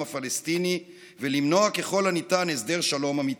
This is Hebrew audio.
הפלסטיני ולמנוע ככל הניתן הסדר שלום אמיתי.